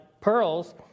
pearls